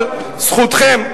אבל זכותכם.